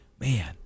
man